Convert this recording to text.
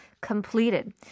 completed